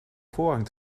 voorrang